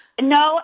no